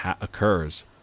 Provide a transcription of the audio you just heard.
occurs